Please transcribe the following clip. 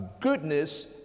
goodness